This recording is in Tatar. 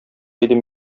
идем